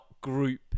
Group